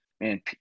man